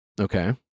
Okay